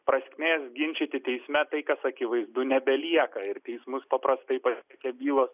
prasmės ginčyti teisme tai kas akivaizdu nebelieka ir teismus paprastai pasiekia bylos